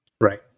Right